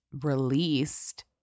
released